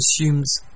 assumes